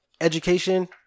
education